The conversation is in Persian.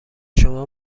شما